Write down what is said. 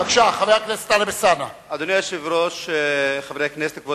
בבקשה, חבר הכנסת טלב אלסאנע.